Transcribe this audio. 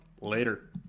Later